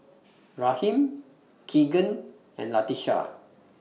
Raheem Keegan and Latisha